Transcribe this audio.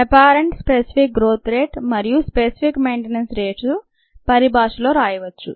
apparent specific growth rate మరియు specific maintenance rate పరిభాషలో రాయవచ్చు